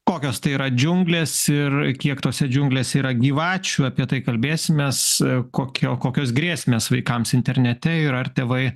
kokios tai yra džiunglės ir kiek tose džiunglėse yra gyvačių apie tai kalbėsimės kokia kokios grėsmės vaikams internete ir ar tėvai